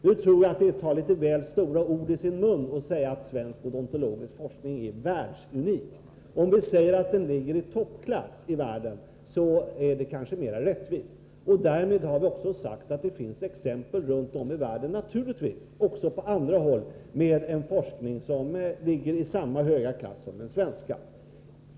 Nu tror jag att det är att ta väl stora ord i sin mun, om man säger att svensk odontologisk forskning är världsunik. Det är kanske mera rättvist att säga att denna forskning ligger i toppklass i världen. Därmed har vi också sagt att det runtom i världen naturligtvis finns exempel på en forskning som har samma höga klass som den svenska.